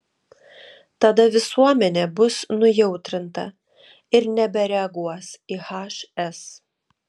tada visuomenė bus nujautrinta ir nebereaguos į hs